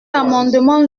amendement